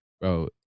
Bro